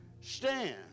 stand